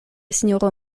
sinjoro